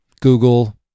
Google